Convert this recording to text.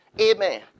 Amen